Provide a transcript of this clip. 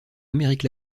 amérique